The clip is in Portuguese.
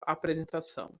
apresentação